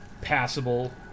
passable